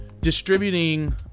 distributing